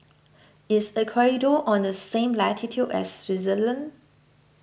is Ecuador on the same latitude as Swaziland